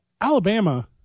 Alabama